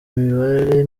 mibare